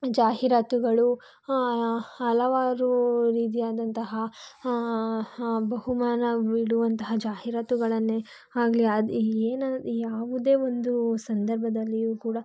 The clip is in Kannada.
ಜಾಹೀರಾತುಗಳು ಹಲವಾರು ರೀತಿಯಾದಂತಹ ಹಾಂ ಹಾಂ ಬಹುಮಾನ ಬಿಡುವಂತಹ ಜಾಹೀರಾತುಗಳನ್ನೇ ಆಗಲಿ ಅದು ಏನು ಯಾವುದೇ ಒಂದು ಸಂದರ್ಭದಲ್ಲಿಯೂ ಕೂಡ